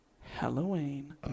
Halloween